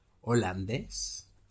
holandés